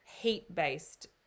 heat-based